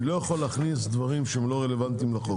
לא יכול להכניס דברים לא רלוונטיים לחוק.